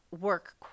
work